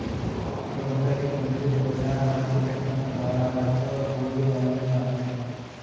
గొంగళి పురుగు కూడా నాసిరకం దారాలతో గూడు అల్లుతాది